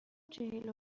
چهل